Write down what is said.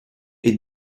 est